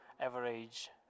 average